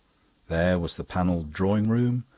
there was the panelled drawing-room,